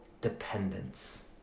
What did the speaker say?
dependence